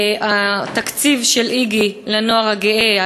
התקציב של "איגי" לנוער הגאה,